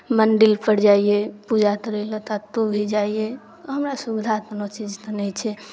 मन्दिरपर जाइए पूजा करैलए कतहु भी जाइए हमरा सुविधा कोनो चीजके नहि छै